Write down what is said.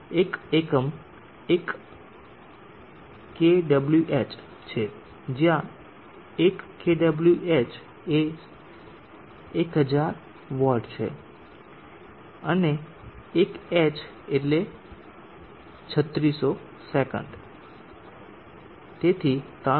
એક એકમ 1 kWh છે જ્યાં 1 kWh એ 1000 W છે અને 1 h એટલે 3600 સેકંડ છે તેથી 3